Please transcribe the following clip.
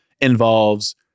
involves